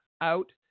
out